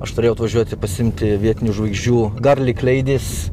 aš turėjau atvažiuoti pasiimti vietinių žvaigždžių garlik leidis